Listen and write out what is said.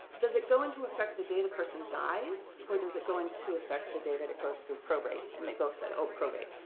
does it go into effect the day the person dies, or does it go into effect the day that it goes through probate? and they both said, oh, probate.